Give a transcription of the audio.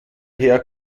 her